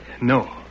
No